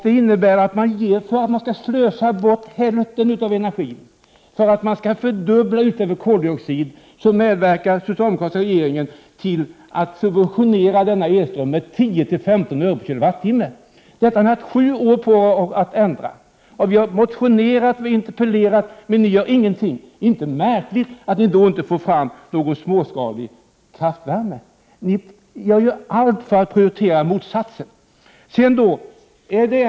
Det innebär att för att man skall slösa bort hälften av energin och för att man skall fördubbla utsläppen av koldioxid, medverkar den socialdemokratiska regeringen till att subventionera denna elström med 10-15 öre/kWh. Detta har ni haft sju år på er att ändra. Vi har motionerat och interpellerat, men ni gör ingenting. Inte är det då märkligt att ni inte får fram någon småskalig kraftvärme — ni gör ju allt för att prioritera motsatsen!